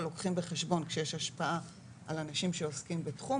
לוקחים בחשבון כשיש השפעה על אנשים שעוסקים בתחום,